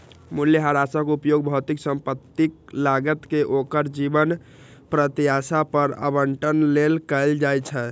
मूल्यह्रासक उपयोग भौतिक संपत्तिक लागत कें ओकर जीवन प्रत्याशा पर आवंटन लेल कैल जाइ छै